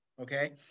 okay